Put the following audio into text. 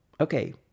okay